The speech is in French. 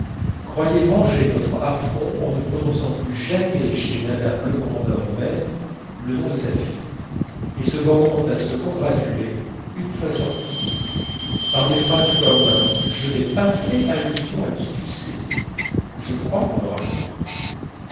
croyaient venger notre affront en ne prononçant plus jamais chez mme legrandin mère le nom de sa fille et se bornant à se congratuler une fois sorties par des phrases comme je n'ai pas fait allusion à qui tu sais je crois qu'on aura compris